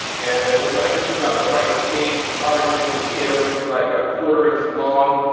and looks like this is about the right stage to be harvesting the tails maybe like a quarter inch long.